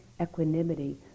equanimity